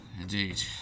Indeed